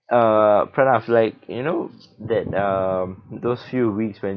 err pranav like you know that um those few weeks when